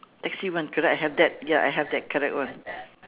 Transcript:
taxi one correct I have that ya I have that correct one